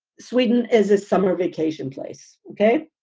sweden is a summer vacation place. ok,